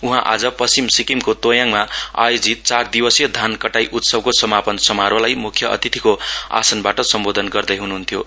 उहाँ आज पश्चिम सिक्किमको तोयाङमा आयोजित चार दिवसीय धान कटाइ उत्सवको समापन समारोहलाई मूख्य अतिथिको आसनबाट सम्बोधन गर्दै हन्ह्न्थ्यो